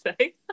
say